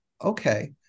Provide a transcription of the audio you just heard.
okay